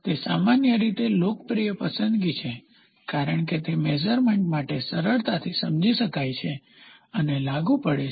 તે સામાન્ય રીતે લોકપ્રિય પસંદગી છે કારણ કે તે મેઝરમેન્ટ માટે સરળતાથી સમજી શકાય છે અને લાગુ પડે છે